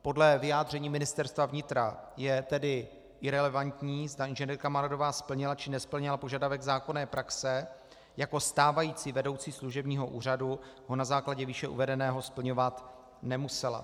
Podle vyjádření Ministerstva vnitra je tedy irelevantní, zda inženýrka Maradová splnila, či nesplnila požadavek zákonné praxe, jako stávající vedoucí služebního úřadu ho na základě výše uvedeného splňovat nemusela.